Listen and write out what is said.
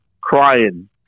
crying